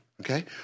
okay